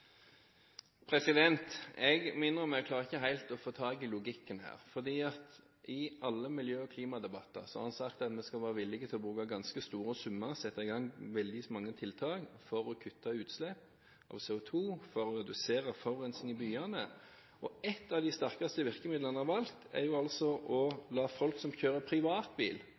Jeg må innrømme at jeg klarer ikke helt å få tak i logikken her. I alle miljø- og klimadebatter har en sagt at en er villig til å ta i bruk ganske store summer og sette i gang veldig mange tiltak for å kutte utslipp av CO2 for å redusere forurensning i byene. Et av de sterkeste virkemidlene en kunne ha valgt, er å la folk som kjører